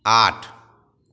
आठ